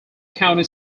county